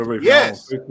Yes